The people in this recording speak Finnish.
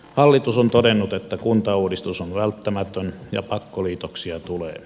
hallitus on todennut että kuntauudistus on välttämätön ja pakkoliitoksia tulee